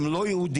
הם לא יהודים,